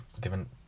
Given